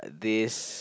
this